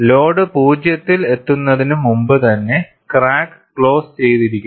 load 0 ൽ എത്തുന്നതിനു മുമ്പുതന്നെ ക്രാക്ക് ക്ലോസ് ചെയ്തിരിക്കുന്നു